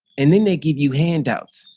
and then they give you handouts,